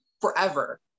forever